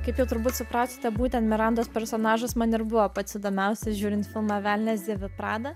kaip jau turbūt supratote būtent miranda personažas man ir buvo pats įdomiausias žiūrint filmą velnias dėvi prada